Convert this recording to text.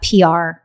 PR